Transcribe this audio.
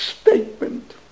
statement